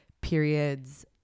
periods